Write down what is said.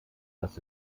das